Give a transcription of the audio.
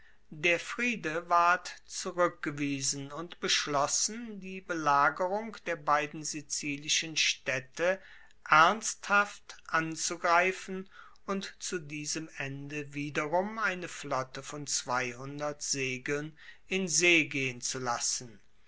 der friede ward zurueckgewiesen und beschlossen die belagerung der beiden sizilischen staedte ernsthaft anzugreifen und zu diesem ende wiederum eine flotte von segeln in see gehen zu lassen